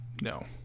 No